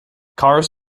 cars